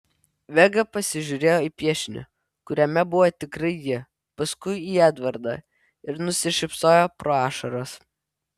vega pasižiūrėjo į piešinį kuriame buvo tikrai ji paskui į edvardą ir nusišypsojo pro ašaras